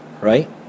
right